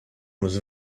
was